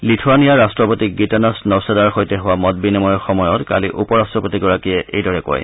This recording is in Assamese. লিথুৱানিয়াৰ ৰাষ্ট্ৰপতি গীতানাছ নৌছেদাৰ সৈতে হোৱা মত বিনিময়ৰ সময়ত কালি উপ ৰাষ্টপতিগৰাকীয়ে এইদৰে কয়